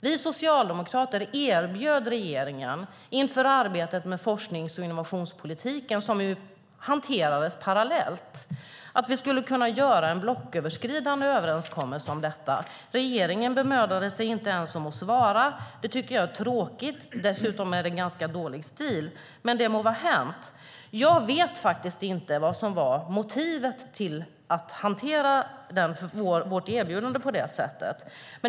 Vi socialdemokrater erbjöd regeringen inför arbetet med forsknings och innovationspolitiken, som ju hanterades parallellt, att göra en blocköverskridande överenskommelse om detta. Regeringen bemödade sig inte ens om att svara. Det tycker jag är tråkigt. Dessutom är det ganska dålig stil, men det må vara hänt. Jag vet inte vad som var motivet till att hantera vårt erbjudande på det sättet.